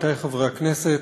עמיתי חברי הכנסת,